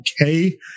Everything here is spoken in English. okay